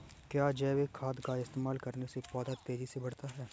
क्या जैविक खाद का इस्तेमाल करने से पौधे तेजी से बढ़ते हैं?